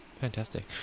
Fantastic